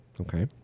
Okay